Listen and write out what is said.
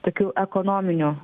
tokių ekonominių